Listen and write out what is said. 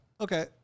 Okay